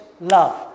love